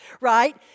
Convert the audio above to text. right